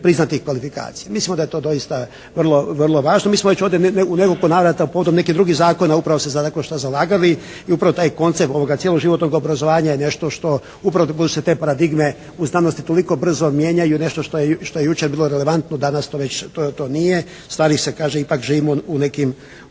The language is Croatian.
priznatih kvalifikacija. Mislimo da je to doista vrlo važno. Mi smo već ovdje u nekoliko navrata povodom nekih drugih zakona upravo se za …/Govornik se ne razumije./… zalagali i upravo taj koncept ovoga cjeloživotnog obrazovanja je nešto što upravo da budu se te paradigme u znanosti toliko brzo mijenjaju i nešto što je jučer bilo relevantno, danas to već nije. Stari se, kaže ipak živimo u nekim